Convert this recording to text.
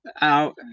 out